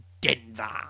Denver